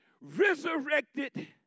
resurrected